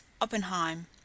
Oppenheim